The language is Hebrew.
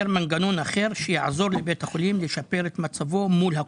מנגנון אחר שיעזור לבית החולים לשפר את מצבו מול הקופות.